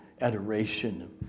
adoration